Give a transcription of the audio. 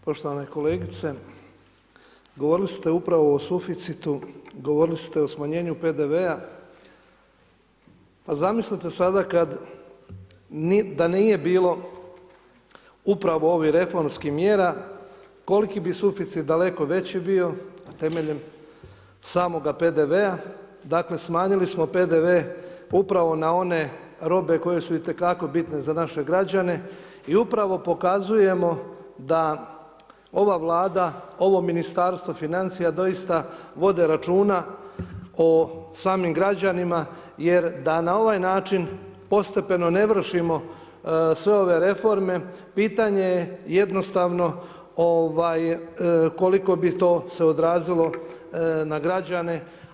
Poštovane kolegice, govorili ste upravo o suficitu, govorili ste o smanjenu PDV-a a zamislite sad kada, da nije bilo upravo ovih reformskih mjera, koliki bi suficit, daleko veći bio temeljem samoga PDV-a, dakle, smanjili smo PDV upravo na one robe, koje su itekako bitne za naše građane i upravo pokazujemo da ova vlada, ovo Ministarstvo financija doista vode računa o samim građanima, jer da na ovaj način, postepeno ne vršimo sve ove reforme, pitanje je jednostavno, koliko bi to se odrazilo na građane.